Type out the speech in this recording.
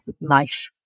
life